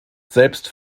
selbst